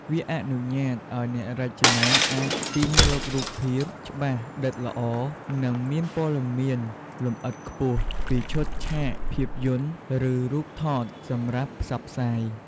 វាអនុញ្ញាតឱ្យអ្នករចនាអាចទាញយករូបភាព ច្បាស់ ដិតល្អ និងមានព័ត៌មានលម្អិតខ្ពស់ ពីឈុតឆាកភាពយន្ត ឬរូបថតសម្រាប់ផ្សព្វផ្សាយ ។